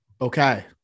Okay